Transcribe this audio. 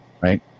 Right